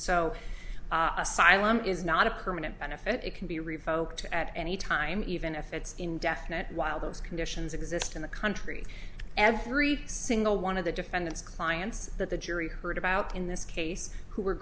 asylum is not a permanent benefit it can be revoked at any time even if it's indefinite while those conditions exist in the country every single one of the defendants clients that the jury heard about in this case who were